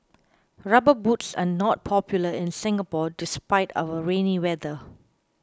rubber boots are not popular in Singapore despite our rainy weather